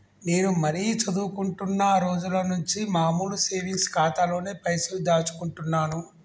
నేను మరీ చదువుకుంటున్నా రోజుల నుంచి మామూలు సేవింగ్స్ ఖాతాలోనే పైసలు దాచుకుంటున్నాను